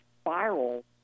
spiral